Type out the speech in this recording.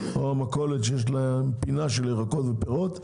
או מכולת שיש בה פינה של ירקות ופירות,